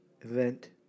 event